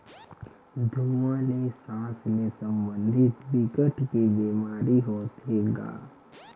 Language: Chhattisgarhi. धुवा ले सास ले संबंधित बिकट के बेमारी होथे गा